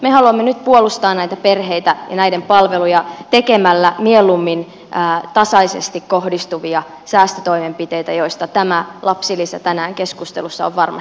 me haluamme nyt puolustaa näitä perheitä ja heidän palveluitaan tekemällä mieluummin tasaisesti kohdistuvia säästötoimenpiteitä joista tämä tänään keskustelussa oleva lapsilisä on varmasti se vaikein